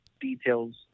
details